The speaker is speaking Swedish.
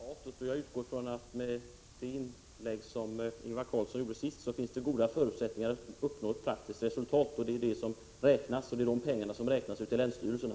Herr talman! Det väsentliga är resultatet. Efter det senaste inlägget av Ingvar Karlsson i Bengtsfors utgår jag från att det finns goda förutsättningar att uppnå ett praktiskt resultat. Det är de faktiska pengarna som räknas ute i länsstyrelserna.